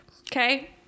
Okay